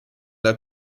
der